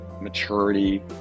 maturity